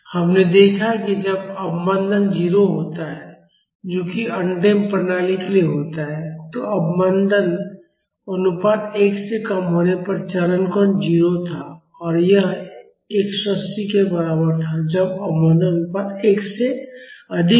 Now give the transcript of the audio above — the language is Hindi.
हमने देखा है कि जब अवमंदन 0 होता है जो कि अनडैम्पड प्रणाली के लिए होता है तो अवमंदन अनुपात 1 से कम होने पर चरण कोण 0 था और यह 180 के बराबर था जब अवमंदन अनुपात 1 से अधिक था